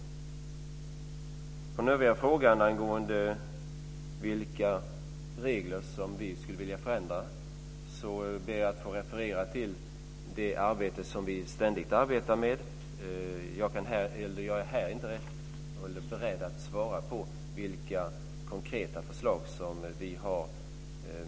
Beträffande den andra frågan om vilka regler som vi skulle vilja förändra, så ber jag att få referera till det ständigt pågående arbete som vi bedriver. Jag är inte här beredd att svara på vilka konkreta förslag som vi har.